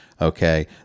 Okay